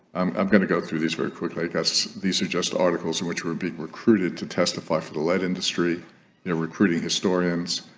i'm going to go through this very quickly i guess these are just articles in which were being recruited to testify for the lead industry they're recruiting historians